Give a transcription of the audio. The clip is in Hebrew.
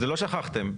לא שכחתם,